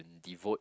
devote